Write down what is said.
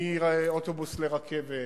מאוטובוס לרכבת,